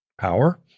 power